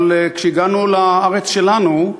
אבל כשהגענו לארץ שלנו,